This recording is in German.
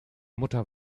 mutter